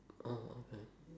oh okay